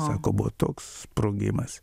sako buvo toks sprogimas